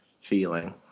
feeling